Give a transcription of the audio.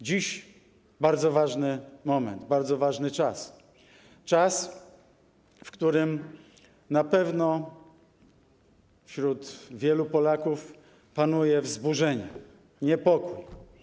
Dziś bardzo ważny moment, bardzo ważny czas, czas, w którym na pewno wśród wielu Polaków panuje wzburzenie, niepokój.